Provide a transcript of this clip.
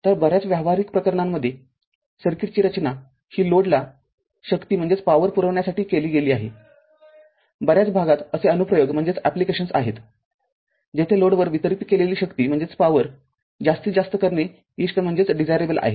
तरबर्याच व्यावहारिक प्रकरणांमध्ये सर्किटची रचना ही लोडला शक्ती पुरवण्यासाठी केली गेली आहेबर्याच भागात असे अनुप्रयोग आहेतजेथे लोडवर वितरित केलेली शक्ती जास्तीत जास्त करणे इष्ट आहे